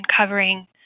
covering